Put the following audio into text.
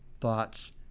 thoughts